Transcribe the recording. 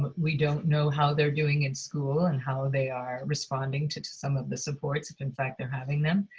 we don't know how they're doing in school and how they are responding to to some of the supports if in fact they're having them.